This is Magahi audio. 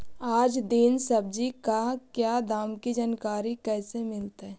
आज दीन सब्जी का क्या दाम की जानकारी कैसे मीलतय?